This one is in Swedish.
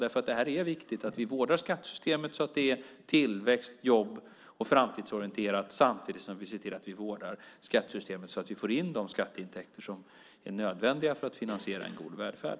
Det är viktigt att vi vårdar skattesystemet så att det är tillväxt-, jobb och framtidsorienterat samtidigt som vi ser till att vi vårdar skattesystemet så att vi får in de skatteintäkter som är nödvändiga för att finansiera en god välfärd.